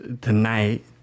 tonight